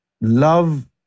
love